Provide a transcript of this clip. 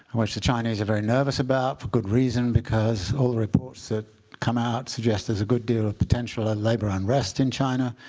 which the chinese are very nervous about for good reason. because all the reports that come out suggest there's a good deal of potential ah labor unrest in china.